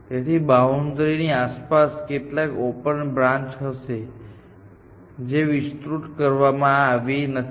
તેની બાઉન્ડ્રીની આસપાસ કેટલીક ઓપન બ્રાન્ચ હશે જે વિસ્તૃત કરવામાં આવી નથી